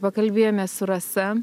pakalbėjome su rasa